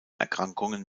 erkrankungen